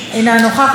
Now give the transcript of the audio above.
אינה נוכחת,